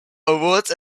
awards